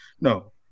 No